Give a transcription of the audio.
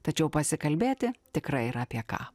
tačiau pasikalbėti tikrai yra apie ką